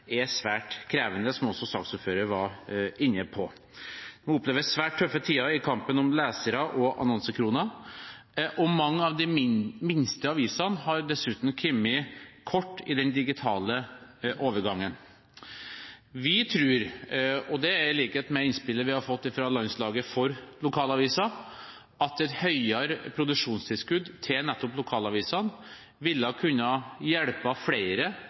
svært tøffe tider i kampen om lesere og annonsekroner, og mange av de minste avisene har dessuten kommet kort i den digitale overgangen. Vi tror – i likhet med innspillet vi har fått fra Landslaget for lokalaviser – at et høyere produksjonstilskudd til nettopp lokalavisene ville hjelpe flere til å kunne lykkes i den digitale overgangen og ikke minst bidra til at flere